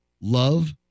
Love